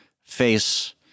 face